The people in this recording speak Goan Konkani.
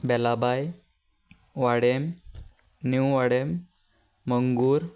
बेलाबाय वाडें न्यू वाडें मंगूर